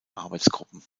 arbeitsgruppen